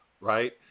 right